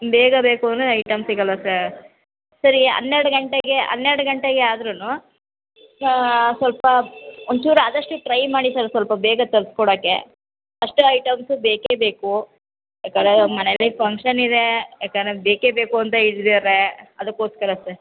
ಬೇಗ ಬೇಕು ಅಂದರೆ ಐಟಮ್ ಸಿಗೋಲ್ವಾ ಸಾರ್ ಸರಿ ಹನ್ನೆರಡು ಗಂಟೆಗೆ ಹನ್ನೆರಡು ಗಂಟೆಗೆ ಆದ್ರು ಸಾ ಸ್ವಲ್ಪ ಒಂಚೂರು ಆದಷ್ಟು ಟ್ರೈ ಮಾಡಿ ಸರ್ ಸ್ವಲ್ಪ ಬೇಗ ತರ್ಸಿಕೊಡಕ್ಕೆ ಅಷ್ಟೂ ಐಟಮ್ಸು ಬೇಕೇ ಬೇಕು ಯಾಕಂದ್ರೆ ಮನೇಲ್ಲಿ ಫಂಕ್ಷನ್ ಇದೆ ಯಾಕಂದರೆ ಬೇಕೇ ಬೇಕು ಅಂತ ಇದ್ದಿದ್ದಾರೆ ಅದಕ್ಕೋಸ್ಕರ ಸರ್